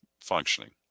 functioning